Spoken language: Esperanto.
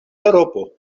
eŭropo